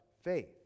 faith